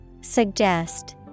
Suggest